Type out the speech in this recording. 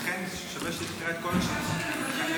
לכן שווה שתקרא את כל השמות, הם ייכנסו בהפתעה.